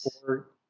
four